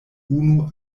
unu